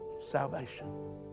salvation